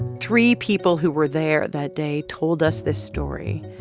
three people who were there that day told us this story,